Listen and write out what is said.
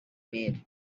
made